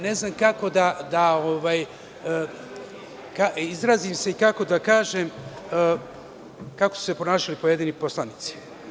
Ne znam kako da izrazim i kako da kažem kako su se ponašali pojedini poslanici.